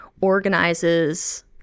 organizes